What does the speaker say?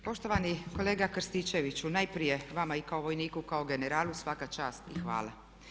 Poštovani kolega Krstičeviću, najprije vama i kao vojniku i kao generalu svaka čast i hvala.